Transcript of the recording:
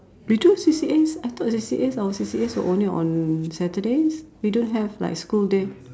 we do have C_C_As I thought the C_C_As our C_C_As were only on Saturdays we don't have like school day